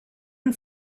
and